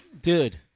Dude